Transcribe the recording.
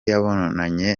yabonanye